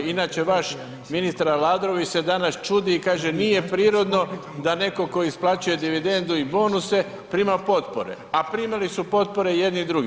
Inače vaš ministar Aladrović se danas čudi i kaže nije prirodno da neko ko isplaćuje dividendu i bonuse, prima potpore a primili su potpore jedni i drugi.